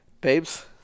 Babes